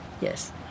Yes